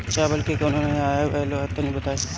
चावल के कउनो नया बिया आइल बा तनि बताइ?